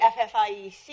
FFIEC